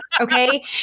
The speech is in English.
Okay